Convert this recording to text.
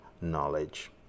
knowledge